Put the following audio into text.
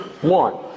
One